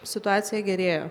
situacija gerėja